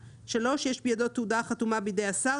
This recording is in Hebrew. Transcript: (3) יש בידו תעודה החתומה בידי השר,